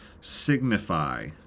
signify